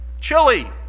Chili